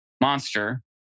Monster